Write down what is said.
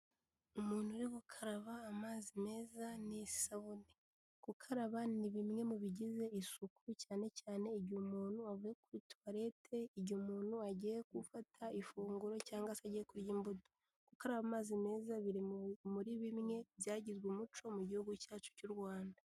Umuntu uri gukaraba amazi meza n'isabune. Gukaraba ni bimwe mu bigize isuku cyane cyane igihe umuntu avuye kuri tuwalete, igihe umuntu agiye gufata ifunguro cyangwa agiye kurya imbuto. Gukaraba amazi meza biri muri bimwe byagizwe umuco mu gihugu cyacu cy'u Rwanda.